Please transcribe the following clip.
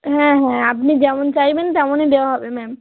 হ্যাঁ হ্যাঁ আপনি যেমন চাইবেন তেমনই দেওয়া হবে ম্যাম